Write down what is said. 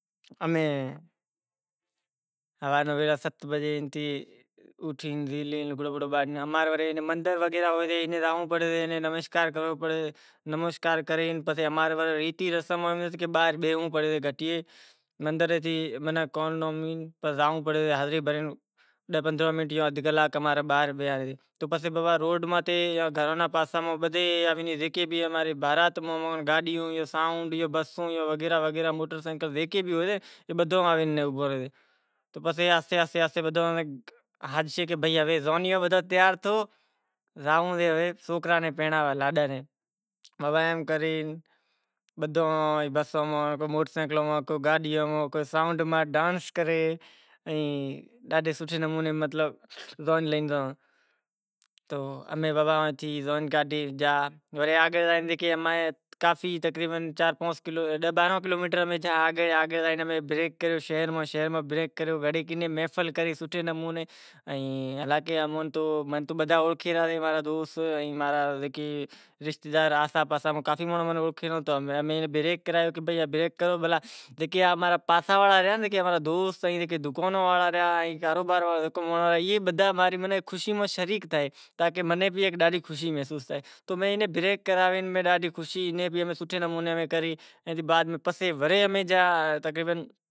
امیں ہوارے نوں سڑا بگڑا بادھی ت بجے اتھی جھیلے اماں ری ریت سے کہ مندر ہوشے تو باہر بینہڑوں پڑے تو گھٹیئے تو مناں زانڑو پڑے سو حاضری بھرنڑی سے پسے بابا روڈ پاہے اماری بارات نو سائونڈ ہویو بسوں وغیرے اوبھیں تھیشیں، مانڑاں نیں ہاکریو ہ وغیرہ سبھ بدہیں آئے کہ زانیاں تیار تھیو امیں زائے لاڈاں ناں پرنڑائے آواں۔ امیں زائے زان کاڈھے گیا تو آگر زائے امیں زائے بریک کریو وڑے کنیں محفل کری سوٹھے نمونے۔ ای بدہا ماں ری خوشی میں شریک تھیں تو منیں بھی ڈاڈھی خوشی محسوس تھی میں اینے بریک کرائی سوٹھے نمون